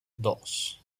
dos